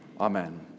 Amen